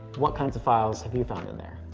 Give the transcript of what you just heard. what kinds of files have you found in there?